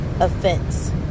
offense